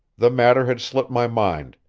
the matter had slipped my mind.